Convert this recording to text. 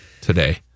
today